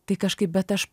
tai kažkaip bet aš